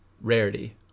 rarity